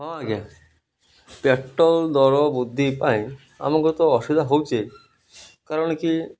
ହଁ ଆଜ୍ଞା ପେଟ୍ରୋଲ୍ ଦର ବୃଦ୍ଧି ପାଇଁ ଆମକୁ ତ ଅସୁବିଧା ହେଉଛି କାରଣ କି